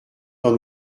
dans